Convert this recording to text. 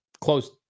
close